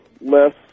less